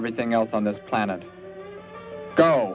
everything else on this planet go